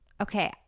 Okay